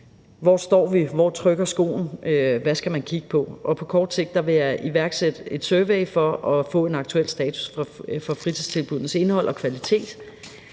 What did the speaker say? vi står, og hvor skoen trykker; hvad man skal kigge på. Og på kort sigt vil jeg iværksætte en survey for at få en aktuel status på fritidstilbuddenes indhold og kvalitet,